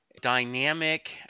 dynamic